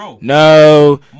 No